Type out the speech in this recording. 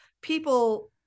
people